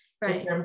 Right